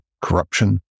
corruption